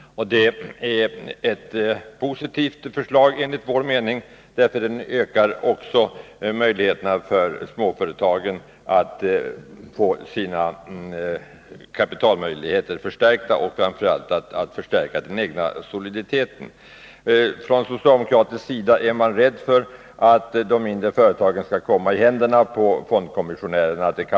Det är enligt vår mening ett positivt förslag. Därmed får småföretagen större möjligheter när det gäller att förstärka kapitalet och framför allt soliditeten. 187 Från socialdemokraternas sida är man rädd för att de mindre företagen skall komma i fondkommissionärernas händer.